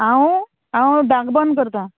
हांव हांव धांक बंद करतां